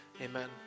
amen